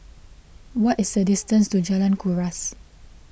what is the distance to Jalan Kuras